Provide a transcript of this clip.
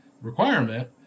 requirement